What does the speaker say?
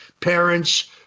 parents